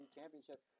Championship